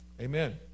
Amen